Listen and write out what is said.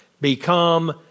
become